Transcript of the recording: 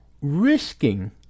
risking